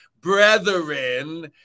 brethren